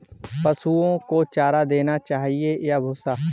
पशुओं को चारा देना चाहिए या भूसा?